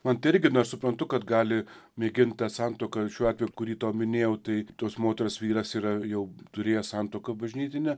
man tai irgi na aš suprantu kad gali mėgint tą santuoką šiuo atveju kurį tau minėjau tai tos moters vyras yra jau turėjęs santuoką bažnytinę